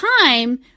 time